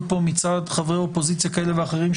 פה מצד חברי אופוזיציה כאלה ואחרים,